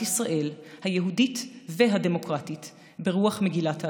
ישראל היהודית והדמוקרטית ברוח מגילת העצמאות.